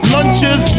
Lunches